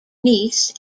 niece